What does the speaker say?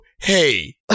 hey